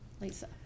Lisa